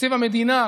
תקציב המדינה,